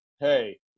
hey